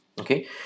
okay